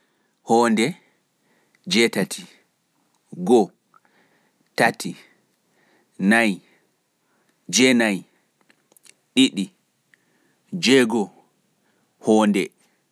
Hownde (zero), Jowetati(eight), Hownde(zero), ɗiɗi ( two), Tati(three), Jowi(five), Nayi(four), sappo(ten), Jowe Nayi(nine), Jowego (six), Jowetati(eight). Hownde(zero), Nayi(four), Hownde(zero), Joweɗiɗi(seven), go'o (one), sappo e jowi(fifteen), sappo e ɗiɗi(twelve), sappo e tati(thirteen).